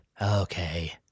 Okay